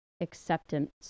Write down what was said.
acceptance